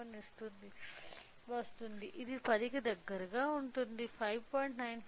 91 వస్తుంది ఇది 10 కి దగ్గరగా ఉంటుంది 5